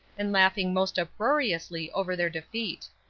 and laughing most uproariously over their defeat.